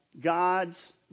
God's